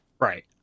Right